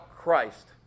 Christ